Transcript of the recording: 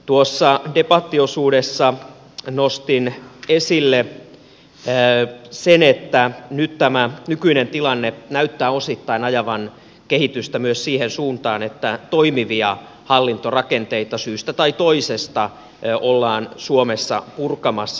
tuossa debattiosuudessa nostin esille sen että nyt tämä nykyinen tilanne näyttää osittain ajavan kehitystä myös siihen suuntaan että toimivia hallintorakenteita syystä tai toisesta ollaan suomessa purkamassa